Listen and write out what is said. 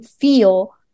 feel